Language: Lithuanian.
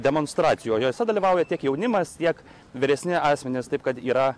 demonstracijų o jose dalyvauja tiek jaunimas tiek vyresni asmenys taip kad yra